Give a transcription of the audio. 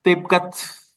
taip kad